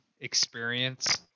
experience